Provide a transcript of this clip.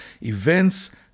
events